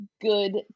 good